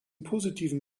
positiven